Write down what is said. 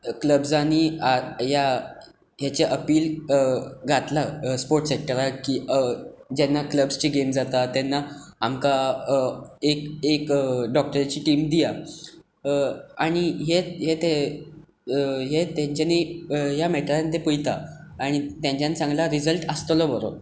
क्लब्सांनी ह्या हाचे अपील घातला स्पोर्ट सेक्टराक की जेन्ना कल्बसची गेम जाता तेन्ना आमकां एक एक डॉक्टराची टीम दियात आनी हे हे ते हे तांच्यानी ह्या मेटरान ते पळयता आनी तांच्यानी सांगलां रिजल्ट आसतलो बरो